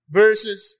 verses